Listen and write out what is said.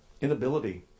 inability